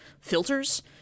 filters